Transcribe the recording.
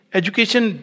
education